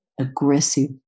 aggressive